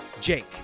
Jake